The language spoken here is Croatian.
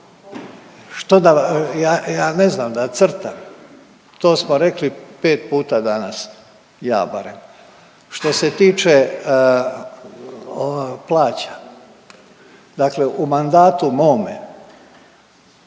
Što da, ja, ja ne znam, da crtam? To smo rekli 5 puta danas, ja barem. Što se tiče plaća, dakle u mandatu mome